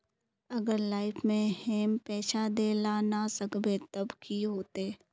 अगर लाइफ में हैम पैसा दे ला ना सकबे तब की होते?